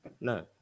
No